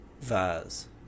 vase